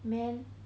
man